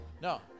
No